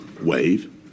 wave